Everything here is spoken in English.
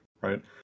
right